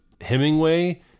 Hemingway